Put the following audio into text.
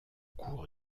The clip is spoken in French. cours